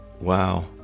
Wow